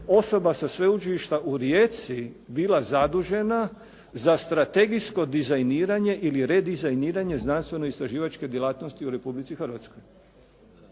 osoba sa Sveučilišta u Rijeci bila zadužena za strategijsko dizajniranje ili redizajniranje znanstveno-istraživačke djelatnosti u Republici Hrvatskoj.